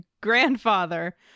grandfather